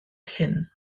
hyn